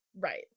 right